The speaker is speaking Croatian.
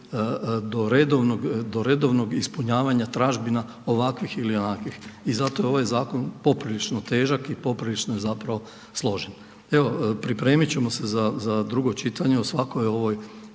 do redovnog ispunjavanja tražbina ovakvih ili onakvih. I zato je ovaj zakon poprilično težak i poprilično je zapravo složen. Evo pripremiti ćemo se za drugo čitanje, o svakoj ovoj